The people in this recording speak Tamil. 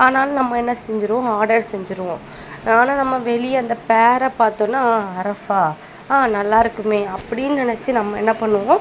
ஆனாலும் நம்ம என்ன செஞ்சுடுவோம் ஆடர் செஞ்சுடுவோம் ஆனால் நம்ம வெளியே அந்த பேரை பார்த்தோன்னா அரஃபா நல்லா இருக்குமே அப்படின்னு நினச்சு நம்ம என்ன பண்ணுவோம்